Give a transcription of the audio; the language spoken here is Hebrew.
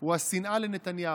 הוא השנאה לנתניהו.